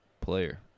player